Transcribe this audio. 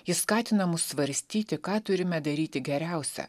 jis skatina mus svarstyti ką turime daryti geriausia